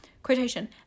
Quotation